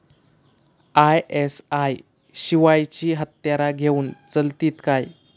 ISI शिवायची हत्यारा घेऊन चलतीत काय?